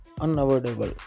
unavoidable